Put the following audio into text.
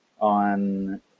on